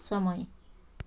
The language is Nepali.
समय